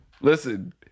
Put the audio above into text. listen